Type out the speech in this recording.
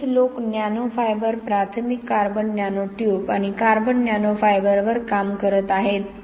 बरेच लोक nano fibre प्राथमिक कार्बन नॅनो ट्यूब आणि कार्बन नॅनो फायबरवर काम करत आहेत